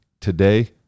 today